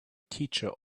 teacher